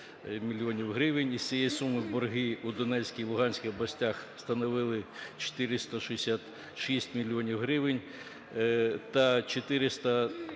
Із цієї суми борги у Донецькій і Луганській областях становили 466 мільйонів